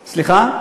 סליחה?